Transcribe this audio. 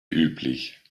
üblich